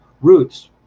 roots